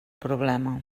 problema